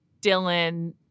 Dylan—